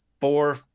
four